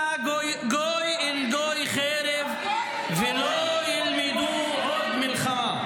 גוי אל גוי חרב ולא ילמדו עוד מלחמה".